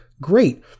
great